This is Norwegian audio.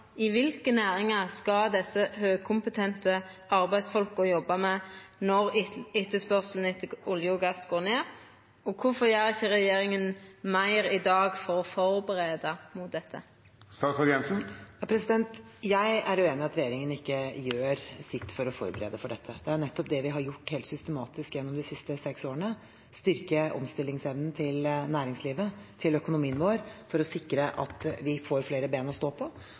arbeidsfolka skal jobba når etterspørselen etter olje og gass går ned, og kvifor gjer ikkje regjeringa meir i dag for å forbereda for dette? Jeg er uenig i at regjeringen ikke gjør sitt for å forberede for dette. Det er nettopp det vi har gjort helt systematisk gjennom de siste seks årene: styrke omstillingsevnen i næringslivet og i økonomien vår for å sikre at vi får flere ben å stå på.